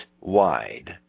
wide